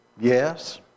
Yes